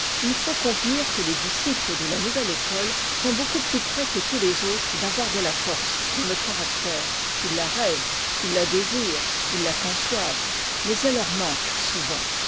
il faut convenir que les disciples de la nouvelle école sont beaucoup plus près que tous les autresd'avoir de la force dans le caractère ils la rêvent ils la désirent ils la conçoivent mais elle leur manque souvent